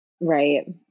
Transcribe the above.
right